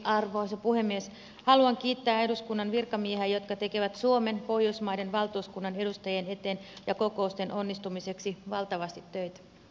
lopuksi arvoisa puhemies haluan kiittää eduskunnan virkamiehiä jotka tekevät suomen pohjoismaiden valtuuskunnan edustajien eteen ja kokousten onnistumiseksi valtavasti töitä